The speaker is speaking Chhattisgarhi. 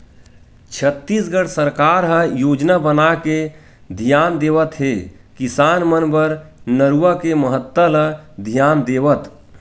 छत्तीसगढ़ सरकार ह योजना बनाके धियान देवत हे किसान मन बर नरूवा के महत्ता ल धियान देवत